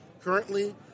Currently